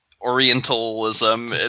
Orientalism